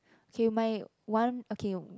okay my one okay